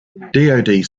dod